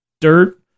dirt